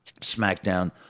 SmackDown